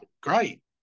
great